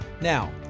Now